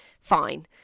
fine